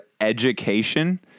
education